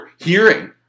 hearing